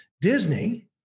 Disney